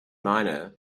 niner